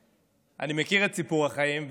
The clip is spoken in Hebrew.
אני מכיר את סיפור החיים,